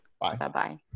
Bye-bye